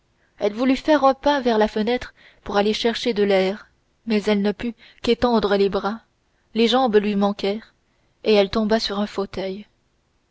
elle voulut faire un pas vers la fenêtre pour aller chercher de l'air mais elle ne put qu'étendre les bras les jambes lui manquèrent et elle tomba sur un fauteuil